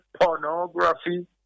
pornography